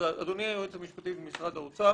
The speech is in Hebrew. אדוני היועץ המשפטי במשרד האוצר,